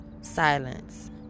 silence